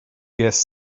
gas